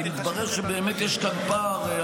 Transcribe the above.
אם יתברר שבאמת יש כאן פער,